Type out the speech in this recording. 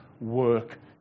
work